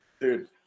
Dude